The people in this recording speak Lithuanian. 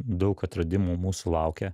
daug atradimų mūsų laukia